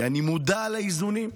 כי אני מודע לאיזונים,